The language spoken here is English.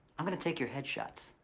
i'm gonna take your head shots,